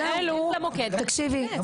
תקשיבי,